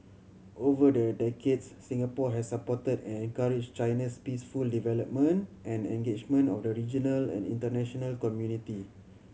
over the decades Singapore has supported and encouraged China's peaceful development and engagement of the regional and international community